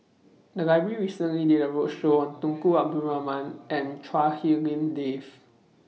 The Library recently did A roadshow on Tunku Abdul Rahman and Chua Hak Lien Dave